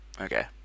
Okay